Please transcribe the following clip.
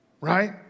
right